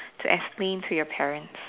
to explain to your parents